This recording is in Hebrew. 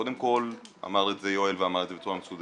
קודם כל, אמר את זה יואל ואמר את זה בצורה מסודרת